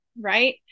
Right